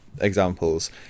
examples